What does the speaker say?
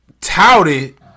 touted